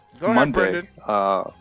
Monday